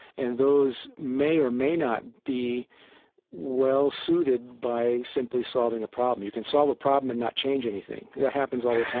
and those may or may not be well suited by simply solving a problem. you can solve a problem and not change anything. that happens all